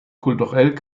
kulturell